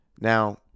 Now